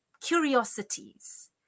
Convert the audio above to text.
curiosities